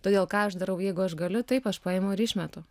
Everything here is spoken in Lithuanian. todėl ką aš darau jeigu aš galiu taip aš paimu ir išmetu